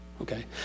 okay